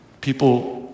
people